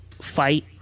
fight